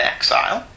Exile